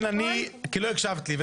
לא הקשבת לי.